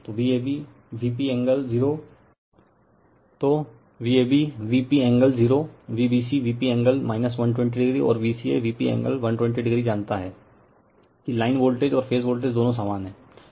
तो Vab Vpएंगल 0VbcVp angle 120o और VcaVp एंगल 120o जानता है कि लाइन वोल्टेज और फेज वोल्टेज दोनों समान हैं